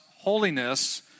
Holiness